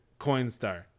Coinstar